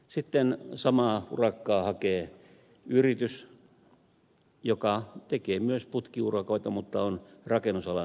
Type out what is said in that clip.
sitten samaa urakkaa hakee yritys joka tekee myös putkiurakoita mutta on rakennusalan yritys